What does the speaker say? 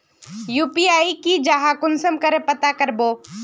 UPI की जाहा कुंसम करे पता करबो?